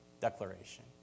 declaration